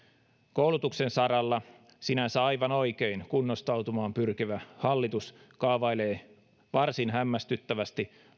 koulutuksen saralla sinänsä aivan oikein kunnostautumaan pyrkivä hallitus kaavailee varsin hämmästyttävästi